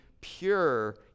pure